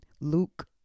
Luke